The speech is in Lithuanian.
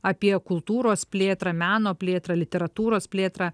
apie kultūros plėtrą meno plėtrą literatūros plėtrą